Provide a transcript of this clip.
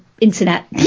internet